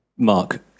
Mark